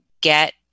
get